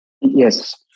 Yes